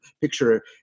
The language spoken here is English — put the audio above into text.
picture